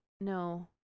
No